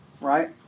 right